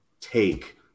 take